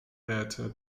theatre